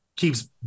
Keeps